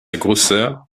grosseur